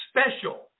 special